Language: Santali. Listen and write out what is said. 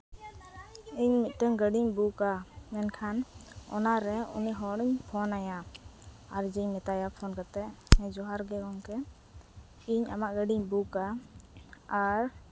ᱤᱧ ᱢᱤᱫᱴᱟᱝ ᱜᱟᱹᱰᱤᱧ ᱵᱩᱠᱟ ᱢᱮᱱᱠᱷᱟᱱ ᱚᱱᱟ ᱨᱮ ᱩᱱᱤ ᱦᱚᱲᱮᱧ ᱯᱷᱳᱱ ᱟᱭᱟ ᱟᱨ ᱡᱮᱧ ᱢᱮᱛᱟᱭᱟ ᱯᱷᱳᱱ ᱠᱟᱛᱮᱫ ᱡᱚᱦᱟᱨ ᱜᱮ ᱜᱚᱢᱠᱮ ᱤᱧ ᱟᱢᱟᱜ ᱜᱟᱹᱰᱤᱧ ᱵᱩᱠᱟ ᱟᱨ